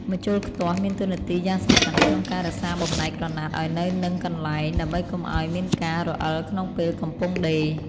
ម្ជុលខ្ទាស់មានតួនាទីយ៉ាងសំខាន់ក្នុងការរក្សាបំណែកក្រណាត់ឱ្យនៅនឹងកន្លែង ដើម្បីកុំឱ្យមានការរអិលក្នុងពេលកំពុងដេរ។